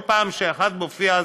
כל פעם שאחד מופיע,